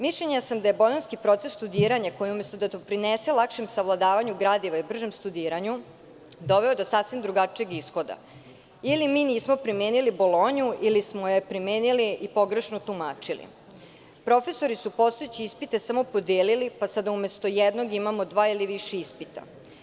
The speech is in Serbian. Mišljenja sam da je bolonjski proces studiranja koji umesto da doprinese lakšem savladavanju gradiva i bržem studiranju, doveo do sasvim drugačijeg ishoda – ili mi nismo primenili Bolonju ili smo je primenili i pogrešno tumačili Profesori su postojeće ispite samo podelili pa sad umesto jednom imamo dva ili više ispita.